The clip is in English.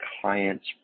clients